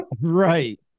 Right